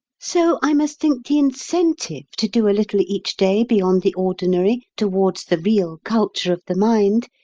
so i must think the incentive to do a little each day beyond the ordinary towards the real culture of the mind,